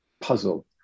puzzle